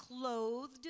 clothed